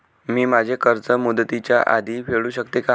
मी माझे कर्ज मुदतीच्या आधी फेडू शकते का?